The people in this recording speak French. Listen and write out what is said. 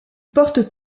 porte